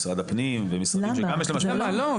משרד הפנים ומשרדים שגם יש להם --- לא,